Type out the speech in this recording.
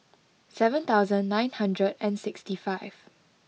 seven thousand nine hundred and sixty five